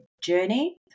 journey